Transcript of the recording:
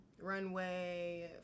runway